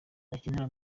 bakinana